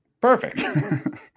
Perfect